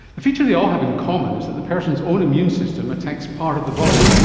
a feature they all have in common is that the person's own immune system attacks part of the body,